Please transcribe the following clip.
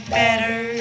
better